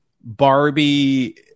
Barbie